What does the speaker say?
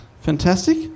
Fantastic